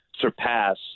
surpass